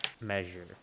measure